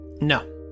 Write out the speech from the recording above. No